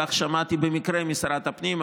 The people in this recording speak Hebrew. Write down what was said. כך שמעתי במקרה משרת הפנים,